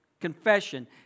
confession